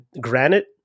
granite